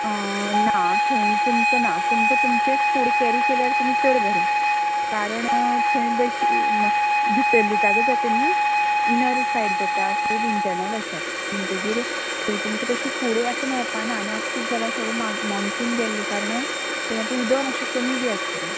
ना थंय तुमकां ना तुमकां तुमचेच फूड कॅरी केल्यार तुमी चड बरें कारण थंय भितरल्ली जागा जाता न्हय इनर फायल जाता खूब इंटरनल आसात म्हणटगीर थंय तुमकां तशें फूड आता मेळपाक ना आनी आता किदें जाला थोडे मोन्सून बी गेल्ले कारणान थंय आता उदक मातशें कमी बी आसतले